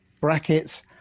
brackets